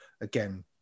again